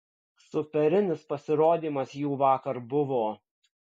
superinis pasirodymas jų vakar buvo